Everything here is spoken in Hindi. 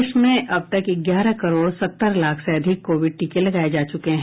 देश में अब तक ग्यारह करोड़ सत्तर लाख से अधिक कोविड टीके लगाए जा चुके हैं